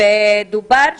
דובר שם,